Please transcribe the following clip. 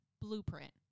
blueprint